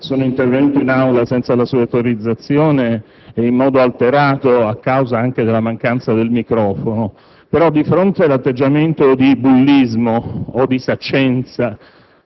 sono intervenuto in Aula senza la sua autorizzazione ed in modo alterato a causa anche della mancanza del microfono. Di fronte, però, all'atteggiamento di bullismo o di saccenza